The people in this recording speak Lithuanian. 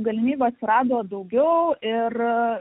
galimybių atsirado daugiau ir